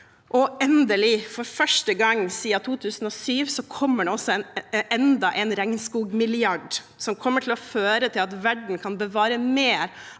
2007, kommer det enda en regnskogmilliard, som kommer til å føre til at verden kan bevare mer